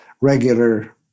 regular